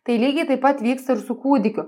tai lygiai taip pat vyksta ir su kūdikiu